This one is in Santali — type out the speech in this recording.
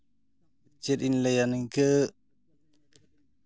ᱪᱮᱫ ᱤᱧ ᱞᱟᱹᱭᱟ ᱱᱤᱱᱠᱟᱹ